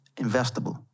investable